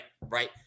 right